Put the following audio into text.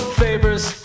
favors